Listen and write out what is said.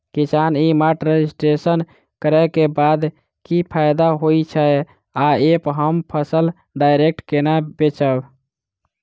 किसान e mart registration करै केँ बाद की फायदा होइ छै आ ऐप हम फसल डायरेक्ट केना बेचब?